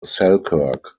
selkirk